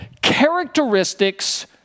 characteristics